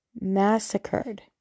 massacred